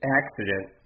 accident